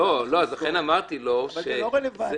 אבל זה לא רלוונטי.